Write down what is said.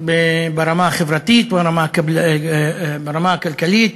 ברמה החברתית, ברמה הכלכלית,